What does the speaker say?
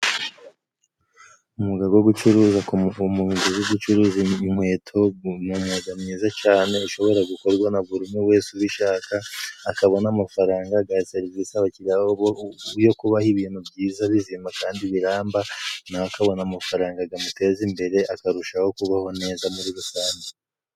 Umwuga go gucuruza，ku muntu uzi gucuruza inkweto，ni umwuga mwiza cane， ushobora gukorwa na buri umwe wese ubishaka， akabona amafaranga， agaha serivisi abakiriya yo kubaha ibintu byiza bizima， kandi biramba， nawe akabona amafaranga gamuteza imbere， akarushaho kubaho neza muri rusange.